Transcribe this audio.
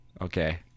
Okay